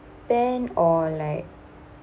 spend or like